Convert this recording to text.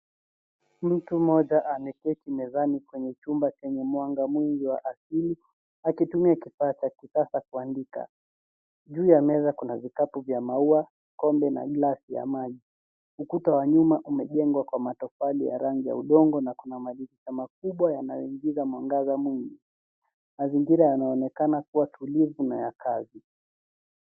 Mtu mmoja ameketi mezani kwenye chumba chenye mwanga mwingi wa asili akitumia kifaa cha kisasa kuandika. Juu ya meza kuna vikapu vya maua, kikombe na glasi ya maji. Ukuta wa nyuma umejengwa kwa matofali ya rangi ya udongo na kuna madirisha makubwa yanayoingiza mwangaza mwingi. Mazingira yanaonekana kuwa tulivu na ya kazi.